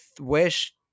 wish